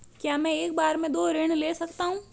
क्या मैं एक बार में दो ऋण ले सकता हूँ?